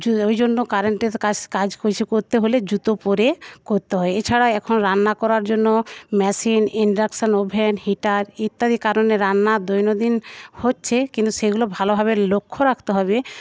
ওইজন্য কারেন্টের কাজ কিছু করতে হলে জুতো পরে করতে হয় এছাড়া এখন রান্না করার জন্য মেশিন ইনডাকশন ওভেন হিটার ইত্যাদির কারণে রান্নার দৈনন্দিন হচ্ছে কিন্তু সেইগুলো ভালোভাবে লক্ষ্য রাখতে হবে